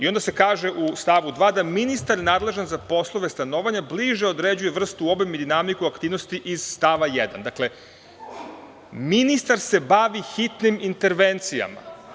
Onda se kaže u stavu 2. da ministar nadležan za poslove stanovanja bliže određuje vrstu, obim i dinamiku aktivnosti iz stava 1. Dakle, ministar se bavi hitnim intervencijama.